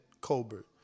Colbert